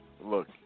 look